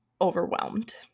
overwhelmed